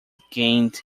gained